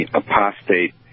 apostate